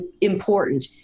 important